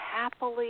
happily